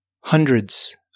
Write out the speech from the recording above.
hundreds